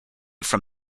from